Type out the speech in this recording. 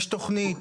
יש תוכנית?